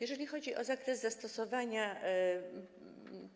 Jeżeli chodzi o zakres zastosowania